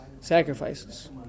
sacrifices